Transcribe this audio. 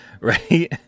right